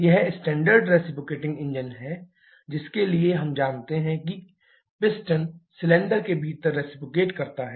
यह standard reciprocating engine है जिसके लिए हम जानते हैं कि पिस्टन सिलेंडर के भीतर रिसिप्रोकेट करता है